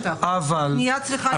הפנייה צריכה להיות מהשטח.